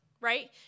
Right